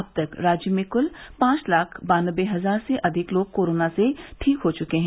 अब तक राज्य में कुल पांच लाख बान्नबे हजार से अधिक लोग कोरोना से ठीक हो चुके हैं